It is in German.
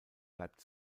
bleibt